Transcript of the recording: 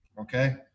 Okay